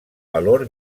valor